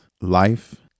life